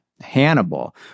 Hannibal